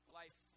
life